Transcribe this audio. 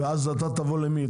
ואז אתה תבוא למי?